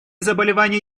заболевания